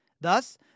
Thus